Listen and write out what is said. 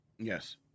Yes